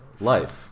life